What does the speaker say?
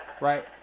right